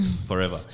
forever